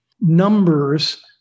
numbers